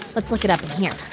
let's look it up here